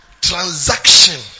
transaction